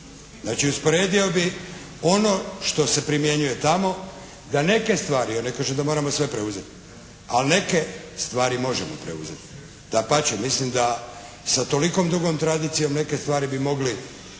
znači usporedio bih ono što se primjenjuje tamo, da neke stvari, ja ne kažem da moramo sve preuzeti, ali neke stvari možemo preuzeti. Dapače mislim da sa tolikom dugom tradicijom neke stvari bi mogli